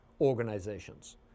organizations